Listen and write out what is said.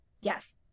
yes